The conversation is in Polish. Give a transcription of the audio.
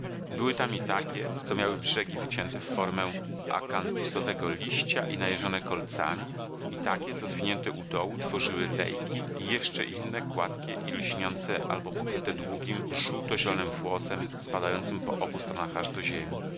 były tam i takie co miały brzegi wycięte w formę akantusowego liścia i najeżone kolcami i takie co zwinięte u dołu tworzyły lejki i jeszcze inne gładkie i lśniące albo pokryte długim żółto zielonym włosem spadającym po obu stronach aż do ziemi